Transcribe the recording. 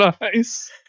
nice